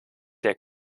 der